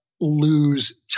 lose